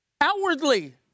outwardly